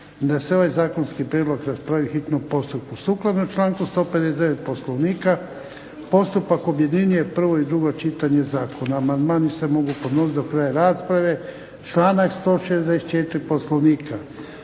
da se ovaj zakonski prijedlog raspravi u hitnom postupku. Sukladno članku 159. Poslovnika postupak objedinjuje prvo i drugo čitanje zakona. Amandmani se mogu podnositi do kraja rasprave članak 164. Poslovnika.